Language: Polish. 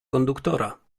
konduktora